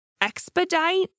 Expedite